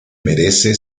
merece